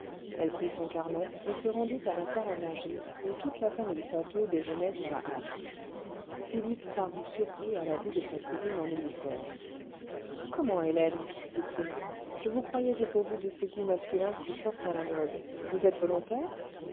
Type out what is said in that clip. elle prit son carnet et se rendit à la salle à manger où toute la famille ponto déjeunait à la hâte philippe parut surmis à la vue de sa cousine en uniforme comment hélène dit-il je vous croyais dépourvue de ces goûts masculins si fort à la mode vous êtes volontaire